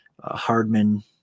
Hardman